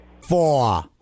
Four